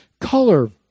color